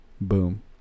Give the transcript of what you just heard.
Boom